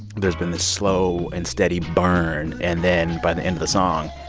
there's been this slow and steady burn. and then, by the end of the song,